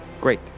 great